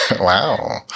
Wow